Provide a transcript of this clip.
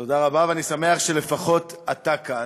תודה רבה, ואני שמח שלפחות אתה כאן.